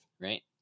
right